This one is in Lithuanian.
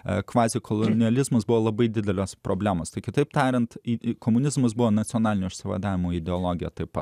kvazikolonializmas buvo labai didelės problemos kitaip tariant e komunizmas buvo nacionalinio išsivadavimo ideologija taip pat